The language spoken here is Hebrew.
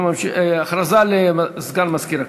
הכרזה לסגן מזכיר הכנסת.